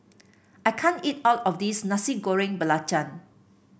I can't eat all of this Nasi Goreng Belacan